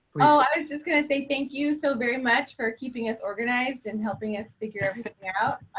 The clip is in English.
oh, i was just gonna say thank you so very much for keeping us organized and helping us figure everything out,